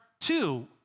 two